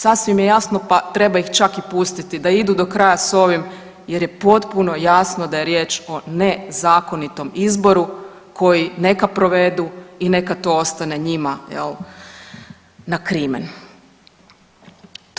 Sasvim je jasno pa treba ih čak i pustiti da idu do kraja s ovim jer je potpuno jasno da je riječ o nezakonitom izboru koji neka provedu i neka to ostane njima jel na krimen.